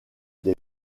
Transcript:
des